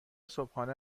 صبحانه